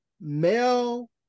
male